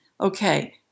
okay